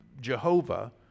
Jehovah